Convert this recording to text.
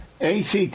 ACT